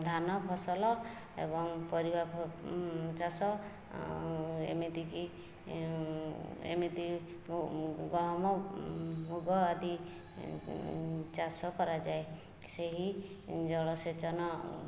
ଧାନ ଫସଲ ଏବଂ ପରିବା ଚାଷ ଏମିତି କି ଏମିତି ଗହମମୁଗ ଆଦି ଚାଷ କରାଯାଏ ସେହି ଜଳସେଚନ